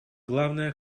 главное